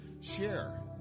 share